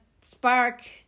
spark